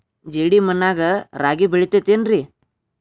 ಜೇಡಿ ಮಣ್ಣಾಗ ರಾಗಿ ಬೆಳಿತೈತೇನ್ರಿ?